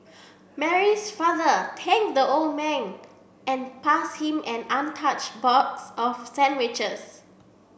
Mary's father the old man and passed him an untouched box of sandwiches